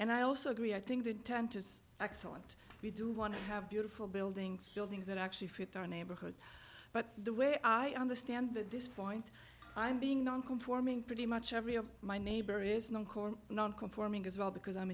and i also agree i think the intent is excellent we do want to have beautiful buildings buildings that actually fit our neighborhood but the way i understand this point i'm being non conforming pretty much every of my neighbor is known corn non conforming as well because i'm